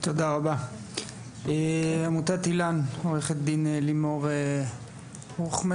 תודה רבה, עמותת איל"ן עורכת דין לימור קרוכמל,